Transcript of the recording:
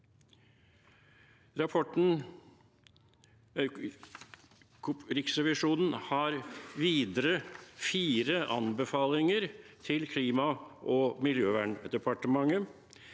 Riksrevisjonen har videre fire anbefalinger til Klima- og miljødepartementet: